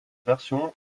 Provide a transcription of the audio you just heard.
version